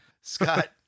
Scott